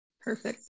Perfect